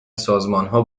سازمانها